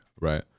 right